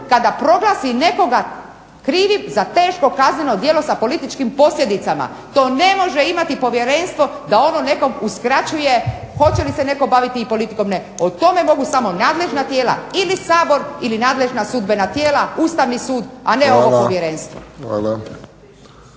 kada proglasi nekoga krivim za teško kazneno djelo sa političkim posljedicama. To ne može imati povjerenstvo da ono nekom uskraćuje hoće li se netko baviti i politikom ne, o tome mogu samo nadležna tijela ili Sabor ili nadležna sudbena tijela, Ustavni sud, a ne ovo povjerenstvo.